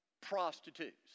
prostitutes